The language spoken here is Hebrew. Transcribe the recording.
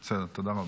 בסדר, תודה רבה.